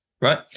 right